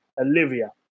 Olivia